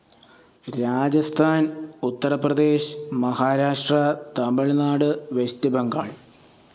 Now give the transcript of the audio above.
Rajasthan Uttar Pradesh Maharashtra Tamil Nadu West Bengal